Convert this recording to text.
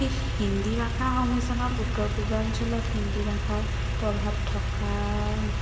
ঠিক হিন্দী ভাষাৰ সংমিশ্ৰণত উত্তৰ পূৰ্বাঞ্চলত হিন্দী ভাষাৰ প্ৰভাৱ থকা